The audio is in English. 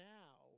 now